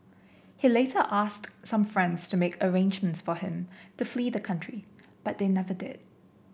he later asked some friends to make arrangements for him to flee the country but they never did